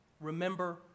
remember